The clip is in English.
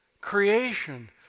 Creation